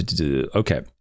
okay